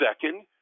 second